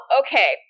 okay